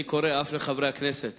אני קורא אף לחברי הכנסת